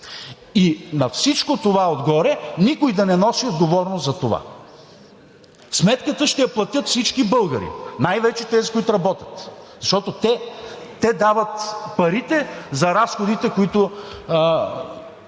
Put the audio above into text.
На всичко това отгоре никой да не носи отговорност за това?! Сметката ще я платят всички българи, най-вече тези, които работят, защото те дават парите за разходите, които